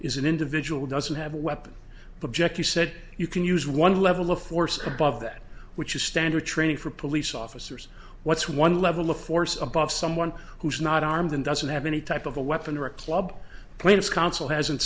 is an individual who doesn't have a weapon object you said you can use one level of force above that which is standard training for police officers what's one level of force above someone who's not armed and doesn't have any type of a weapon or a club plane it's consul hasn't